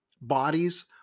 Bodies